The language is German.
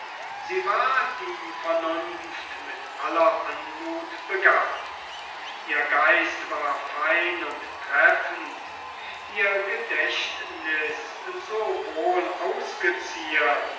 sie war die vernunft mit aller anmut begabt ihr geist war fein und treffend ihr gedächtnis so wohl